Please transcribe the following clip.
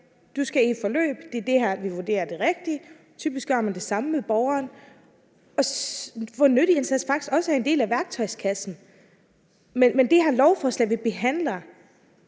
Du skal i forløb; det er det her, vi vurderer er det rigtige. Typisk gør man det sammen med borgeren, og nytteindsats er faktisk også en del af værktøjskassen. Men det her lovforslag, vi behandler,